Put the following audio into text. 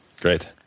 Great